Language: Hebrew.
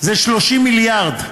זה 30 מיליארד.